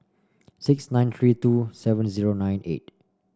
six nine three two seven zero nine eight